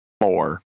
four